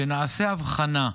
שנעשה הבחנה,